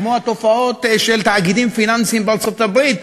כמו התופעות של תאגידים פיננסיים בארצות-הברית,